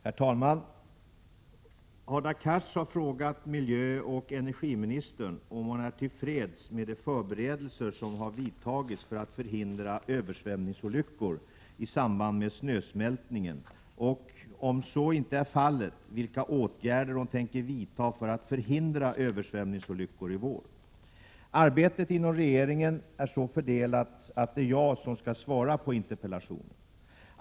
Herr talman! Hadar Cars har frågat miljöoch energiministern om hon är till freds med de förberedelser som har vidtagits för att förhindra översvämningsolyckor i samband med snösmältningen och, om så inte är fallet, vilka åtgärder hon tänker vidta för att förhindra översvämningsolyckor i vår. Arbetet inom regeringen är så fördelat att det är jag som skall svara på interpellationen.